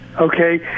Okay